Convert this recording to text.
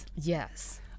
Yes